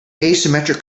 asymmetric